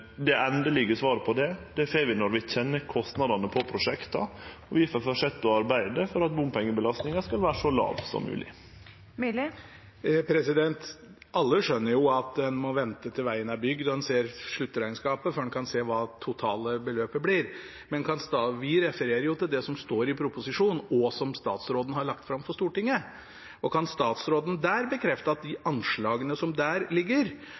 det endelege svaret på det får vi når vi kjenner kostnadene på prosjekta, og vi får fortsetje å arbeide for at bompengebelastinga skal vere så låg som mogleg. Alle skjønner jo at en må vente til vegen er bygd og en ser sluttregnskapet før en kan se hva totalbeløpet blir, men vi refererer jo til det som står i proposisjonen, og som statsråden har lagt fram for Stortinget. Kan statsråden bekrefte de anslagene som der ligger,